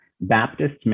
baptist